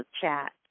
chat